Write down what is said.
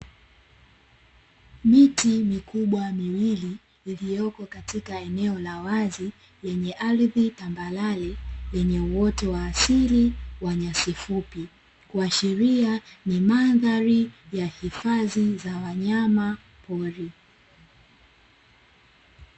Miti mikubwa miwili iliyopo katika eneo la wazi, lenye ardhi tambarare lenye uoto wa asili wa nyasi fupi, kuashiria ni mandhari ya hifadhi za wanyama pori.